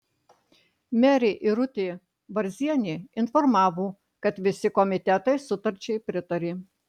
merė irutė varzienė informavo kad visi komitetai sutarčiai pritarė